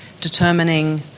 determining